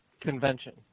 Convention